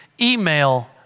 email